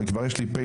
כבר יש לי פ',